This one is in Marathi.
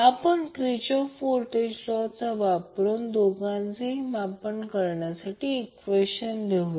आपण क्रिचॉफचा व्होल्टेज लॉ वापरून दोघांचेही मापन करण्यासाठी ईक्वेशन लिहूया